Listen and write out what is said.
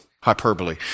hyperbole